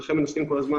--- ולכן מנסים כל הזמן,